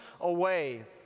away